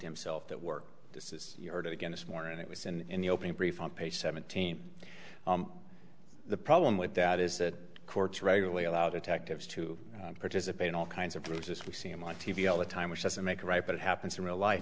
himself at work this is your day again this morning and it was in the opening brief on page seventeen the problem with that is that courts regularly allow detectives to participate in all kinds of dreams as we see them on t v all the time which doesn't make it right but it happens in real life